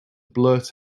blurt